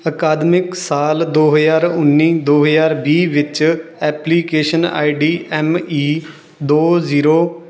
ਅਕਾਦਮਿਕ ਸਾਲ ਦੋ ਹਜ਼ਾਰ ਉੱਨੀ ਦੋ ਹਜ਼ਾਰ ਵੀਹ ਵਿੱਚ application I D M E ਦੋ ਜ਼ੀਰੋ